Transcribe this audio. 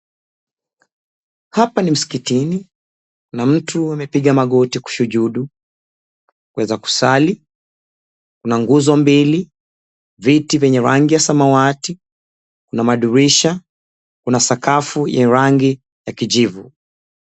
Hapa ni msikitini na mtu amepiga magoti kusujudu, kueza kusali na nguzo mbili, viti vyenye rangi ya samawati na madirisha. Kuna sakafu ya rangi ya kijivu.